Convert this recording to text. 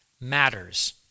matters